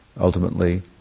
Ultimately